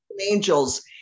angels